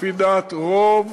לפי דעת רוב